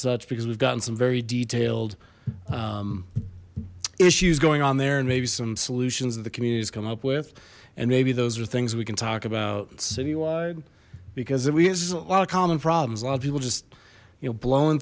such because we've gotten some very detailed issues going on there and maybe some solutions that the community has come up with and maybe those are things we can talk about citywide because we use a lot of common problems a lot of people just you know blowing